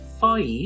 five